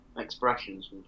Expressions